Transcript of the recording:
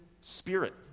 spirit